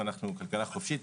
אנחנו כלכלה חופשית,